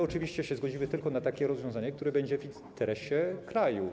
Oczywiście zgodzimy się tylko na takie rozwiązanie, które będzie w interesie kraju.